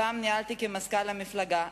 שאותו ניהלתי כמזכ"ל המפלגה,